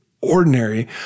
ordinary